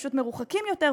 פשוט מרוחקים יותר,